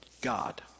God